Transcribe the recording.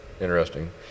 interesting